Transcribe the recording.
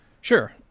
Sure